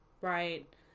right